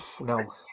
No